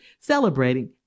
celebrating